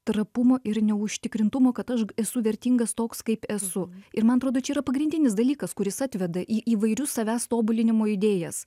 trapumo ir neužtikrintumo kad aš esu vertingas toks kaip esu ir man atrodo čia yra pagrindinis dalykas kuris atveda į įvairius savęs tobulinimo idėjas